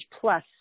plus